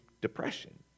depression